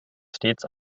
stets